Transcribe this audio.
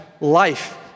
life